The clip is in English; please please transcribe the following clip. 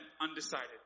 undecided